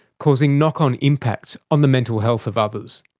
causing knock-on impacts on the mental health of others.